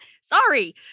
sorry